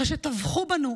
אחרי שטבחו בנו,